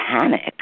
panic